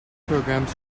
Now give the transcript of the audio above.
programs